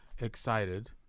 excited